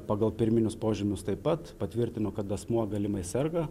pagal pirminius požymius taip pat patvirtino kad asmuo galimai serga